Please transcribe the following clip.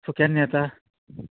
so केन्ना येता